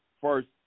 first